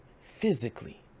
physically